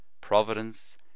Providence